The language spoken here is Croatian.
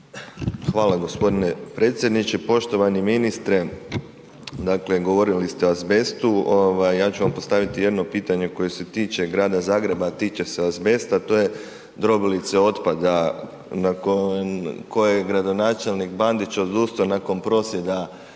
Hvala g. predsjedniče. Poštovani ministre, dakle govorili ste o azbestu, ja ću vam postaviti jedno pitanje koje se tiče Grada Zagreba, a tiče se azbesta, to je drobilice otpada nakon koje je gradonačelnik Bandić odustao nakon prosvjeda građana